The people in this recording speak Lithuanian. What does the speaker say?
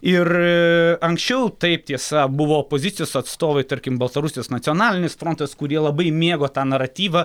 ir anksčiau taip tiesa buvo opozicijos atstovai tarkim baltarusijos nacionalinis frontas kurie labai mėgo tą naratyvą